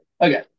Okay